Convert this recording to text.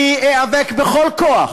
אני איאבק בכל הכוח